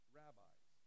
rabbis